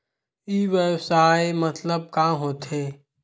ई व्यवसाय मतलब का होथे?